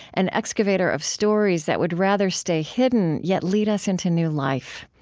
an excavator of stories that would rather stay hidden yet lead us into new life.